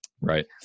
Right